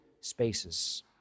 spaces